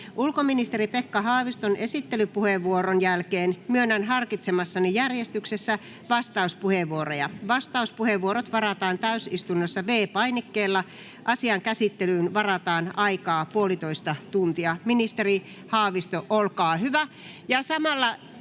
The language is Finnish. Ulkoministeri Pekka Haaviston esittelypuheenvuoron jälkeen myönnän harkitsemassani järjestyksessä vastauspuheenvuoroja. Vastauspuheenvuorot varataan täysistunnossa V-painikkeella. Asian käsittelyyn varataan aikaa puolitoista tuntia. Samalla, hyvät